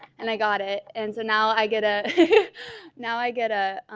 and i got it and so now i get a now i get a